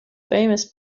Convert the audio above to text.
famous